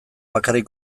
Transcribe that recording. bakarrik